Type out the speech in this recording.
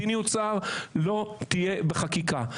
מדיניות שר לא תהיה בחקיקה.